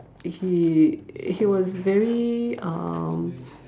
he he was very um